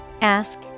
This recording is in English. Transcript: Ask